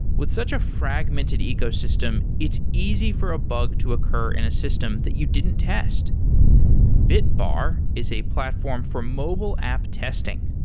with such a fragmented ecosystem, it's easy for a bug to occur in a system that you didn't test bitbar is a platform for mobile app testing.